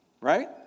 right